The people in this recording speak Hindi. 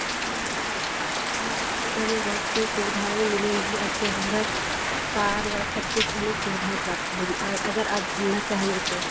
जी बहुत हैं आपको हमारे चिड़ियाघर में बहुत सी सुविधाएँ मिलेंगी आपको इधर कार वार सब कुछ अनेक सुविधाएँ प्राप्त होगी अगर आप घूमना चाहेंगे तो